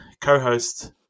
co-host